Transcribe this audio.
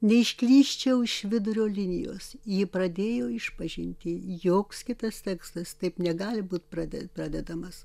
neišklysčiau iš vidurio linijos ji pradėjo išpažintį joks kitas tekstas taip negali būt prade pradedamas